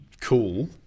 cool